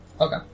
Okay